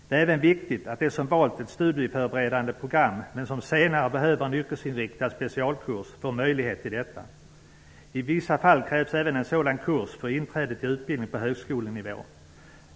Det är även viktigt att de som valt ett studieförberedande program men som senare behöver en yrkesinriktad specialkurs får möjlighet till detta. I vissa fall krävs även en sådan kurs för inträde till utbildning på högskolenivå.